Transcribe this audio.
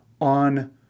on